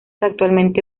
actualmente